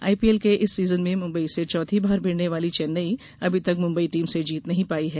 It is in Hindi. आईपीएल के इस सीजन में मुंबई से चौथी बार भिड़ने वाली चेन्नई अभी तक मुंबई टीम से जीत नहीं पाई है